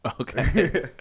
Okay